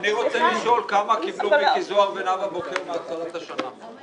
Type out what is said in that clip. אני רוצה לשאול כמה קיבלו מיקי זוהר ונאוה בוקר מתחילת השנה.